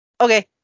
Okay